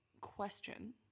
question